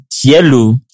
yellow